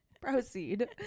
Proceed